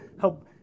help